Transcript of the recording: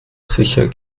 sicher